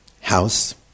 house